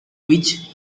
which